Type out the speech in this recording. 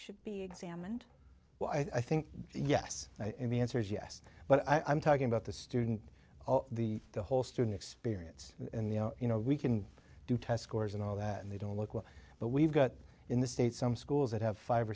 should be examined well i think yes and the answer is yes but i'm talking about the student the whole student experience in the you know we can do test scores and all that and they don't look well but we've got in the state some schools that have five